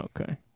Okay